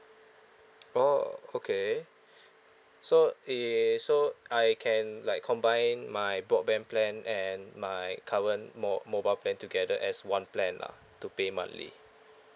oh okay so it so I can like combine my broadband plan and my current mo~ mobile plan together as one plan lah to pay monthly